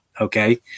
Okay